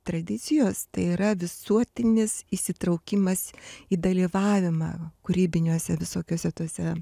tradicijos tai yra visuotinis įsitraukimas į dalyvavimą kūrybiniuose visokiuose tuose